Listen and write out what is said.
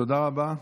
תודה רבה.